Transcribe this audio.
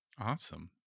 Awesome